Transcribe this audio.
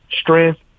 strength